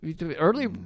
Early